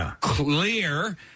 clear